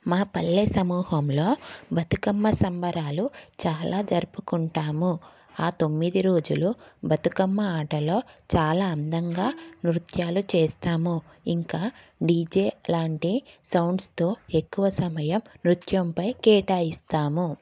మా పల్లె సమూహంలో బతుకమ్మ సంబరాలు చాలా జరుపుకుంటాము ఆ తొమ్మిది రోజులు బతుకమ్మ ఆటలో చాలా అందంగా నృత్యాలు చేస్తాము ఇంకా డీజే లాంటి సౌండ్స్తో ఎక్కువ సమయం నృత్యంపై కేటాయిస్తాము